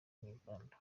inyarwanda